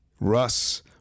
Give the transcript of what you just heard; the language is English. Russ